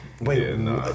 Wait